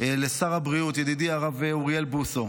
לשר הבריאות, ידידי הרב אוריאל בוסו,